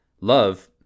Love